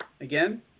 again